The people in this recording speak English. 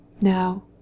Now